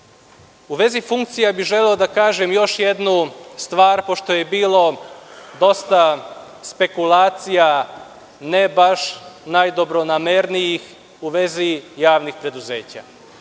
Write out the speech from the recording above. vezi funkcija, želeo bih da kažem još jednu stvar, pošto je bilo dosta spekulacija, ne baš najdobronamernijih, u vezi javnih preduzeća.